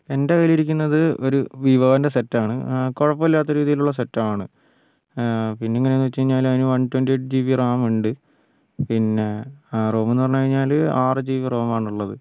എൻ്റെ കയ്യിൽ ഇരിക്കുന്നത് ഒരു വിവോൻ്റെ സെറ്റാണ് കുഴപ്പമില്ലാത്ത രീതിയിലുള്ള സെറ്റാണ് പിന്നെങ്ങനെയാണെന്നു വച്ചു കഴിഞ്ഞാൽ അതിന് one twenty eight G B RAM ഉണ്ട് പിന്നെ റോം എന്ന് പറഞ്ഞു കഴിഞ്ഞാൽ ആറ് ജി ബി റോം ആണുള്ളത്